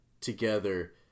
together